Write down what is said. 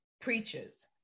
preachers